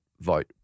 vote